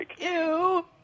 Ew